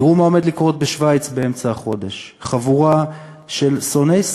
תראו מה עומד לקרות בשווייץ באמצע החודש: חבורה של שונאי ישראל,